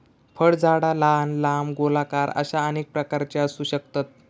फळझाडा लहान, लांब, गोलाकार अश्या अनेक प्रकारची असू शकतत